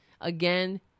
again